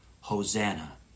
Hosanna